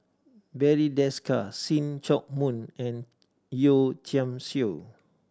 Barry Desker See Chak Mun and Yeo Tiam Siew